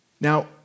Now